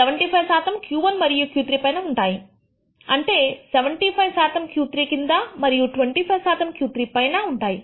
75 శాతము Q1 మరియు Q3 పైన ఉంటాయి అంటే 75 శాతము Q3 కింద మరియు 25 శాతము Q3 పైనా ఉంటాయి